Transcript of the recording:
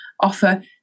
offer